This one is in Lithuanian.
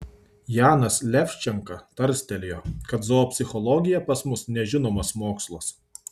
janas levčenka tarstelėjo kad zoopsichologija pas mus nežinomas mokslas